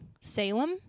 salem